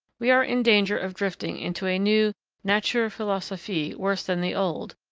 we are in danger of drifting into a new natur-philosophie worse than the old,